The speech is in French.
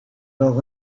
dans